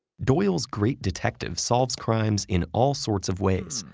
doyle's great detective solves crimes in all sorts of ways,